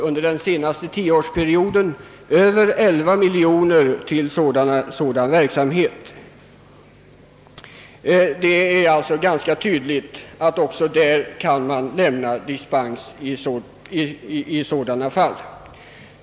Under den senaste tioårsperioden har givits över 11 miljoner kronor till sådan verksamhet. Det är alltså ganska viktigt att dispens också kan lämnas i sådana fall.